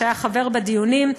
שהיה חבר בדיונים,